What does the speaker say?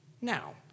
Now